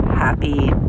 happy